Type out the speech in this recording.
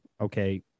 okay